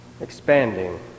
Expanding